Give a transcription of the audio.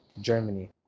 Germany